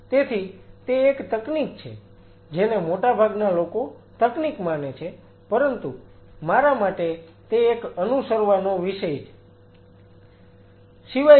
તેથી તે એક તકનીક છે જેને મોટાભાગના લોકો તકનીક માને છે પરંતુ મારા માટે તે એક અનુસરવાનો વિષય છે Refer Time 2556